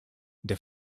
der